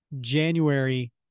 January